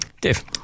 Dave